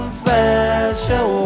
special